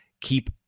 Keep